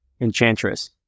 Enchantress